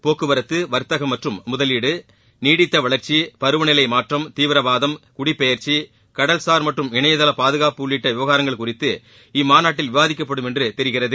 போக்குவரத்து வர்த்தகம் மற்றம் முதலீடு நீடித்த வளர்ச்சி பருவநிலை மாற்றம் தீவிரவாதம் குடிபெயர்ச்சி கடல்சார் மற்றும் இணையதள பாதுகாப்பு உள்ளிட்ட விவகாரங்கள் குறித்து இம்மாநாட்டில் விவாதிக்கப்படும் என்று தெரிகிறது